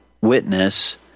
witness